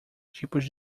tipos